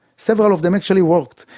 several of them actually worked.